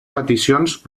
peticions